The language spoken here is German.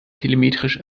telemetrisch